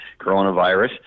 coronavirus